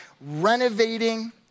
renovating